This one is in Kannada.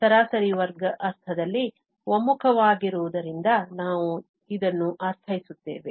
ಸರಾಸರಿ ವರ್ಗ ಅರ್ಥದಲ್ಲಿ ಒಮ್ಮುಖವಾಗುವುದರಿಂದ ನಾವು ಇದನ್ನು ಅರ್ಥೈಸುತ್ತೇವೆ